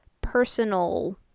personal